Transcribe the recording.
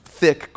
thick